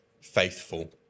faithful